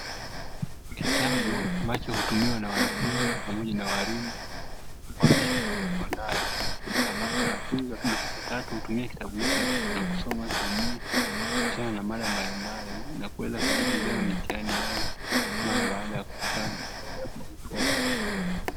Kitabu ambacho hutumiwa na wanafunzi pamoja na walimu wa shule ya sekondari, ambapo wanafunzi wa kidato cha tatu hutumia kitabu hichi na kusoma kemia kuhusiana na mada mbalimbali, na kuwezakujibu vizuri mitihani yao mara baada ya kumaliza mitihani yao ya "form four".